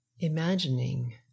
Imagining